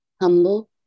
Humble